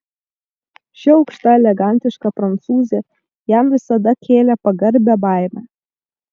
ši aukšta elegantiška prancūzė jam visada kėlė pagarbią baimę